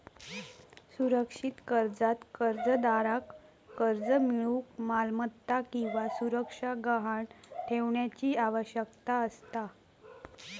सुरक्षित कर्जात कर्जदाराक कर्ज मिळूक मालमत्ता किंवा सुरक्षा गहाण ठेवण्याची आवश्यकता असता